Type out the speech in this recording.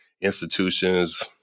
institutions